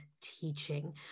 teaching